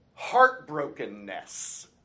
heartbrokenness